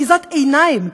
אחיזת עיניים,